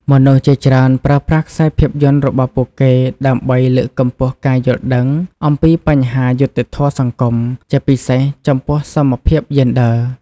មនុស្សជាច្រើនប្រើប្រាស់ខ្សែភាពយន្តរបស់ពួកគេដើម្បីលើកកម្ពស់ការយល់ដឹងអំពីបញ្ហាយុត្តិធម៌សង្គម ជាពិសេសចំពោះសមភាពយេនឌ័រ។